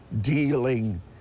dealing